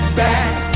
back